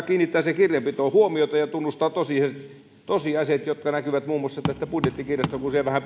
kiinnittää siihen kirjanpitoon huomiota ja tunnustaa tosiasiat jotka näkyvät muun muassa tästä budjettikirjasta kun siihen vähän